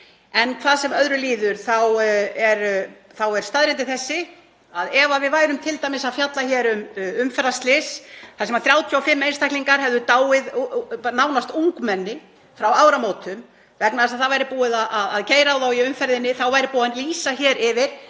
En hvað sem öðru líður þá er staðreyndin sú að ef við værum t.d. að fjalla um umferðarslys þar sem 35 einstaklingar, nánast ungmenni, hefðu dáið frá áramótum vegna þess að það væri búið að keyra á þá í umferðinni, þá væri búið að lýsa hér yfir